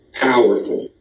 powerful